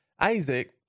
Isaac